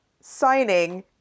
signing